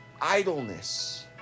idleness